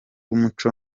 umuco